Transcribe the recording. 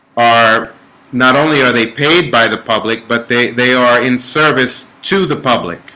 are not only are they paid by the public, but they they are in service to the public